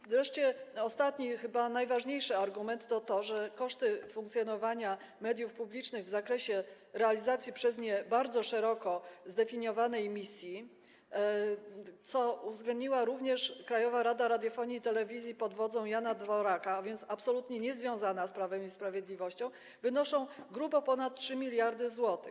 I wreszcie ostatni, chyba najważniejszy argument to to, że koszty funkcjonowania mediów publicznych w zakresie realizacji przez nie bardzo szeroko zdefiniowanej misji, co uwzględniła również Krajowa Rada Radiofonii i Telewizji pod wodzą Jana Dworaka, a więc absolutnie niezwiązana z Prawem i Sprawiedliwością, wynoszą grubo ponad 3 mld zł rocznie.